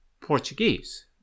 Portuguese